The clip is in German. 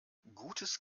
gutes